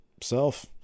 self